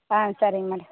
ஆ சரிங்க மேடம்